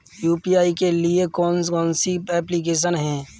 UPI के लिए कौन कौन सी एप्लिकेशन हैं?